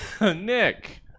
Nick